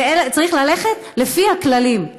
צריך ללכת לפי הכללים.